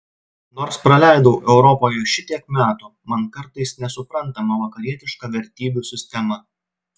nors praleidau europoje šitiek metų man kartais nesuprantama vakarietiška vertybių sistema